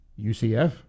UCF